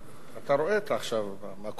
אתה רואה עכשיו מה קורה.